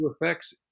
effects